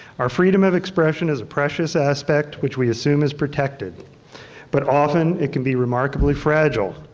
our freedom of expression is a precious aspect which we assume is protected but often it can be remarkably fragile.